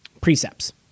precepts